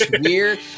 weird